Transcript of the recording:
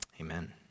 amen